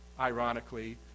Ironically